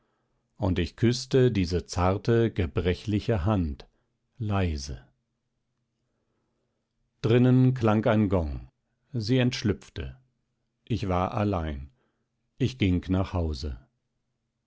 und ich küßte diese zarte gebrechliche hand leise drinnen klang ein gong sie entschlüpfte ich war allein ich ging nach hause